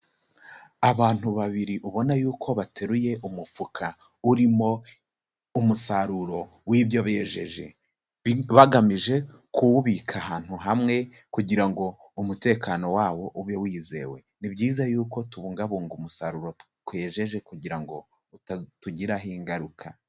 Abantu babiri ubona y'uko bateruye umufuka urimo umusaruro w'ibyo bejeje, bagamije kuwubika ahantu hamwe kugira ngo umutekano wawo ube wizewe, ni byiza y'uko tubungabunga umusaruro twejeje kugira ngo utatugiraho ingaruka.